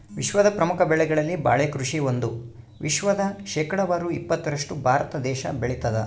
ವಿಶ್ವದ ಪ್ರಮುಖ ಬೆಳೆಗಳಲ್ಲಿ ಬಾಳೆ ಕೃಷಿ ಒಂದು ವಿಶ್ವದ ಶೇಕಡಾವಾರು ಇಪ್ಪತ್ತರಷ್ಟು ಭಾರತ ದೇಶ ಬೆಳತಾದ